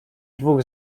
dwóch